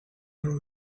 narrow